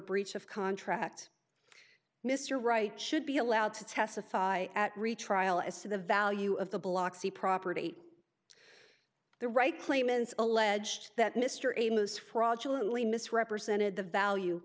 breach of contract mr wright should be allowed to testify at retrial as to the value of the block c property the right claimants alleged that mr amos fraudulent lea misrepresented the value